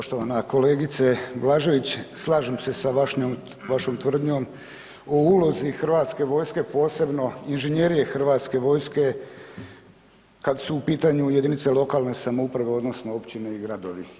Poštovana kolegice Blažević slažem se sa vašom tvrdnjom o ulozi Hrvatske vojske posebno inženjerije Hrvatske vojske kad su u pitanju jedinice lokalne samouprave odnosno općine i gradove.